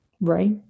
right